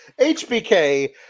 HBK